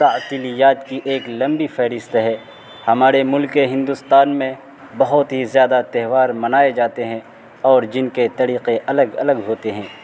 تعطیلات کی ایک لمبی فہرست ہے ہمارے ملک ہندوستان میں بہت ہی زیادہ تہوار منائے جاتے ہیں اور جن کے طریقے الگ الگ ہوتے ہیں